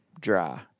dry